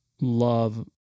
love